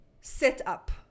setup